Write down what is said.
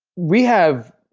we have,